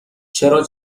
چرا